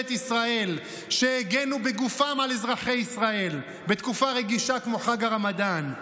ישראל שהגנו בגופם על אזרחי ישראל בתקופה רגישה כמו חג הרמדאן,